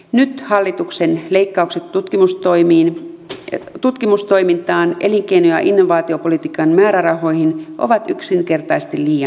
nyt hallituksen leikkaukset tutkimustoimintaan elinkeino ja innovaatiopolitiikan määrärahoihin ovat yksinkertaisesti liian suuret